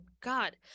god